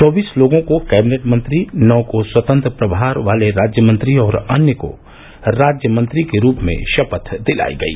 चौबीस लोगों को कैबिनेट मंत्री नौ को स्वातंत्र प्रभार वाले राज्य मंत्री और अन्य को राज्य मंत्री के रूप में शपथ दिलाई गई